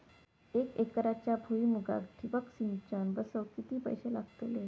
एक एकरच्या भुईमुगाक ठिबक सिंचन बसवूक किती पैशे लागतले?